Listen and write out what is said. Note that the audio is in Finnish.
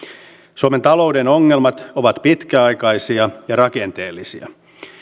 suomen talouden ongelmat ovat pitkäaikaisia ja rakenteellisia